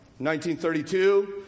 1932